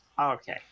okay